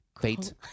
fate